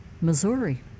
Missouri